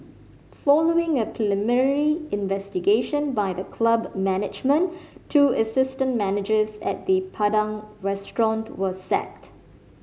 following a preliminary investigation by the club management two assistant managers at the Padang Restaurant were sacked